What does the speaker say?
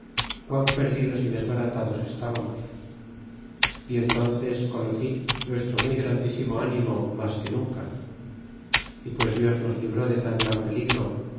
quan perdidos y desbaratados estábamos y entónces conocí vuestro muy grandísimo ánimo mas que nunca y pues dios nos libró de tan gran peligro